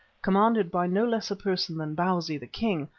commanded by no less a person than bausi, the king,